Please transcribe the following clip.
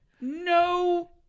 no